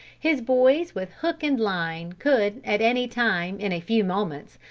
his boys with hook and line could at any time, in a few moments,